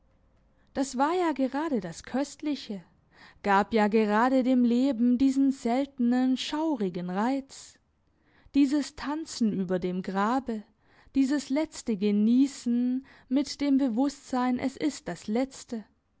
das war ja gerade das köstliche gab ja gerade dem leben diesen seltenen schaurigen reiz dieses tanzen über dem grabe dieses letzte geniessen mit dem bewusstsein es ist das letzte